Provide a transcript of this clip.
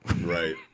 Right